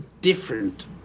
different